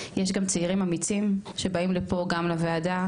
יש גם צעירים אמיצים שבאים לפה גם לוועדה,